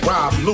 Rob